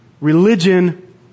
Religion